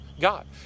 God